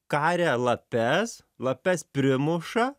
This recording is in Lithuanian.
karia lapes lapes primuša